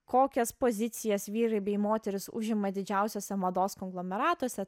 kokias pozicijas vyrai bei moterys užima didžiausiuose mados konglomeratuose